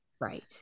right